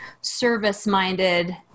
service-minded